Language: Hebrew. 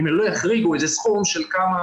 אם הם לא יחריגו איזה סכום של כמה